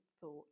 thought